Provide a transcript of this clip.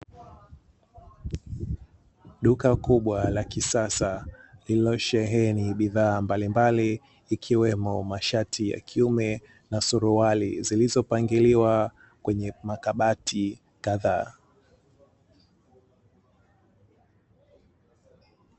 Duka kubwa la kisasa lililosheheni bidhaa mbalimbali ikiwemo mashati ya kiume na suruali zilizopangiliwa kwenye makabati kadhaa.